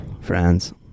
friends